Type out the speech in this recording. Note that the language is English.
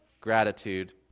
gratitude